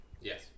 Yes